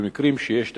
ובמקרים שיש תקציבים,